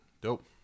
Dope